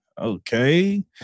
okay